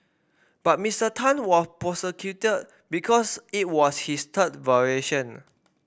but Ms Tan were prosecuted because it was his third violation